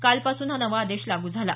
कालपासून हा नवा आदेश लागू झाला